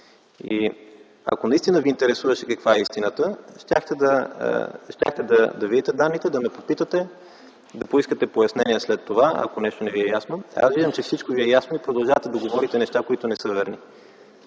Ако наистина Ви интересуваше каква е истината, щяхте да видите данните, да ме попитате, да поискате пояснение след това, ако нещо не Ви е ясно. Аз виждам, че всичко Ви е ясно и продължавате да говорите неща, които не са верни.